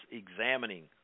examining